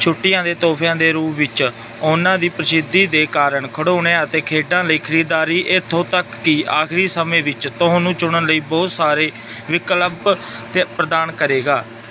ਛੁੱਟੀਆਂ ਦੇ ਤੋਹਫ਼ਿਆਂ ਦੇ ਰੂਪ ਵਿੱਚ ਉਹਨਾਂ ਦੀ ਪ੍ਰਸਿੱਧੀ ਦੇ ਕਾਰਨ ਖਿਡੌਣਿਆਂ ਅਤੇ ਖੇਡਾਂ ਲਈ ਖ਼ਰੀਦਦਾਰੀ ਇੱਥੋਂ ਤੱਕ ਕਿ ਆਖ਼ਰੀ ਸਮੇਂ ਵਿੱਚ ਤੁਹਾਨੂੰ ਚੁਣਨ ਲਈ ਬਹੁਤ ਸਾਰੇ ਵਿਕਲਪ ਤ ਪ੍ਰਦਾਨ ਕਰੇਗਾ